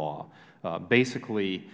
law basically